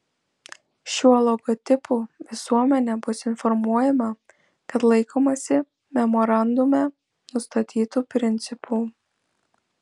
šiuo logotipu visuomenė bus informuojama kad laikomasi memorandume nustatytų principų